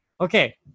okay